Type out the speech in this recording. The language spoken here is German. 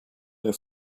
der